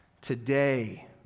Today